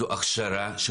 זו הכשרה של